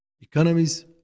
economies